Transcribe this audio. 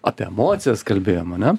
apie emocijas kalbėjom ane